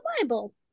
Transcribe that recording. bible